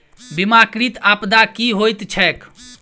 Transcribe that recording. बीमाकृत आपदा की होइत छैक?